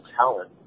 talent